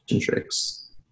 tricks